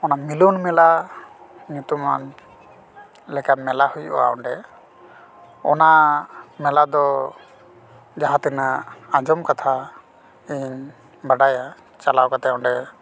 ᱚᱱᱟ ᱢᱤᱞᱚᱱ ᱢᱮᱞᱟ ᱧᱩᱛᱩᱢᱟᱱ ᱞᱮᱠᱟᱱ ᱢᱮᱞᱟ ᱦᱩᱭᱩᱜᱼᱟ ᱚᱸᱰᱮ ᱚᱱᱟ ᱢᱮᱞᱟ ᱫᱚ ᱡᱟᱦᱟᱸ ᱛᱤᱱᱟᱹᱜ ᱟᱸᱡᱚᱢ ᱠᱟᱛᱷᱟ ᱤᱧ ᱵᱟᱰᱟᱭᱟ ᱪᱟᱞᱟᱣ ᱠᱟᱛᱮ ᱚᱸᱰᱮ